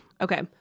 Okay